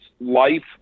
life